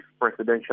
presidential